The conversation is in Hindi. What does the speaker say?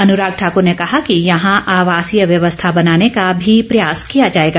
अनुराग ठाकर ने कहा कि यहां आवासीय व्यवस्था बनाने का भी प्रयास किया जाएगा